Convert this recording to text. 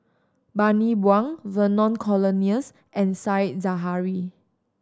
Bani Buang Vernon Cornelius and Said Zahari